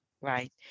right